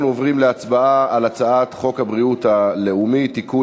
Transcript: אנחנו עוברים להצבעה על הצעת חוק הביטוח הלאומי (תיקון,